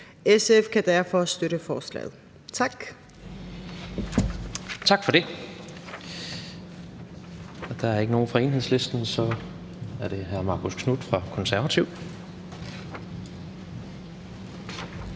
SF kan derfor støtte forslaget. Tak.